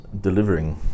delivering